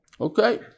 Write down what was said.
Okay